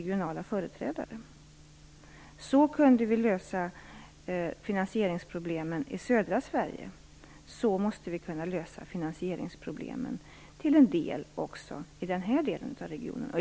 Så kunde vi lösa finansieringsproblemen i södra Sverige, så måste vi kunna lösa finansieringsproblemen till en del också i den här regionen.